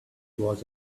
was